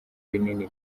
rinini